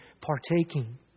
partaking